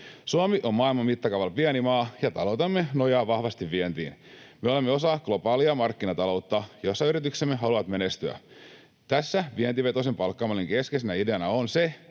Suomi on maailman mittakaavalla pieni maa, ja taloutemme nojaa vahvasti vientiin. Me olemme osa globaalia markkinataloutta, jossa yrityksemme haluavat menestyä. Tässä vientivetoisen palkkamallin keskeisenä ideana on se,